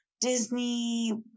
Disney